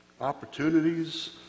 opportunities